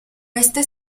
este